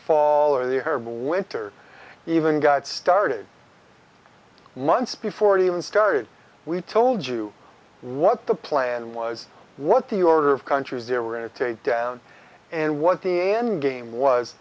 fall or the herbal winter even got started months before it even started we told you what the plan was what the order of countries they were going to take down and what the end game was